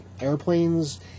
airplanes